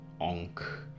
Onk